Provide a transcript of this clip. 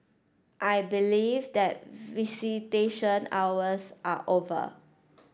I believe that visitation hours are over